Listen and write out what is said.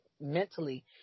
mentally